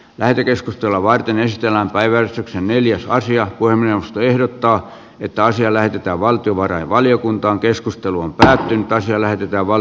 lähetekeskustelua varten ei tähän päivään neliosaisia kuin minusta ehdottaa että asia lähetetään valtiovarainvaliokuntaan keskustelun päähintaisella jawall